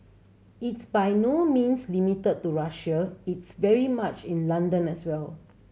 it's by no means limited to Russia it's very much in London as well